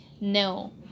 No